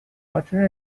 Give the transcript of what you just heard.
water